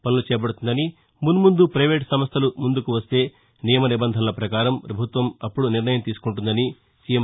పనులు చేపడుతుందని ముస్ముందు పైవేటు సంస్థలు ముందుకు వస్తే నియమ నిబంధనల పకారం పభుత్వం అప్పుడు నిర్ణయం తీసుకుంటుదని సిఎం